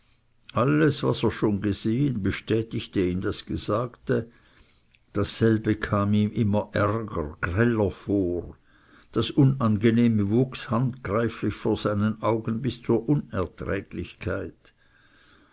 alles was er schon gesehen bestätigte ihm das gesagte dasselbe kam ihm immer ärger greller vor das unangenehme wuchs handgreiflich vor seinen augen bis zur unerträglichkeit